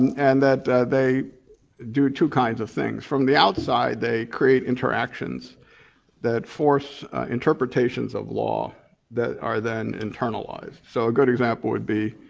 and that that they do two kinds of things. from the outside they create interactions that force interpretations of law that are then internalized. so a good example would be,